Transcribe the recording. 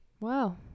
wow